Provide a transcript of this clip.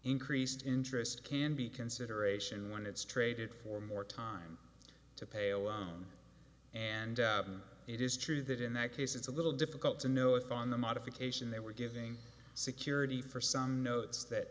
increased interest can be consideration when it's traded for more time to pail on and it is true that in that case it's a little difficult to know if on the modification they were giving security for some notes that